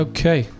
Okay